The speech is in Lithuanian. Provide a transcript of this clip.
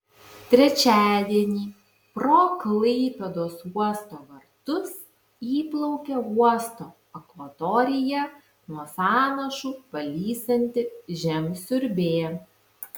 trečiadienį pro klaipėdos uosto vartus įplaukė uosto akvatoriją nuo sąnašų valysianti žemsiurbė